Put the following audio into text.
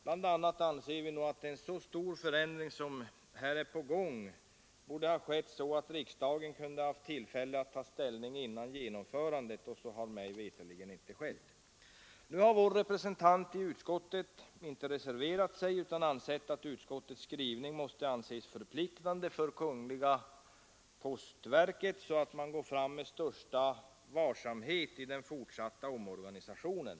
Jag anser bl.a. att det är en så stor förändring som här är på gång att riksdagen borde ha haft tillfälle att ta ställning innan förändringen genomförs. Men så har mig veterligen inte skett. Nu har vår: representant i utskottet inte reserverat sig utan haft den uppfattningen att utskottets skrivning måste anses förpliktande för kungl. postverket, så att man går fram med största varsamhet i den fortsatta omorganisationen.